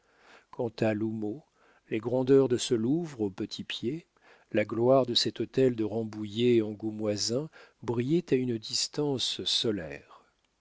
l'houmeau les grandeurs de ce louvre au petit pied la gloire de cet hôtel de rambouillet angoumoisin brillait à une distance